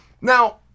Now